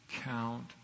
Count